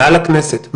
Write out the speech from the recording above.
מעל הכנסת,